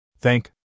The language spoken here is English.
Thank